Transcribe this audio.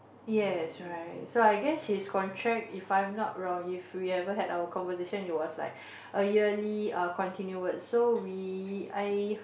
yes right so I guess his contract if I'm not wrong if we ever had our conversation it was like a yearly err continuous so we I heard